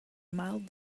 mild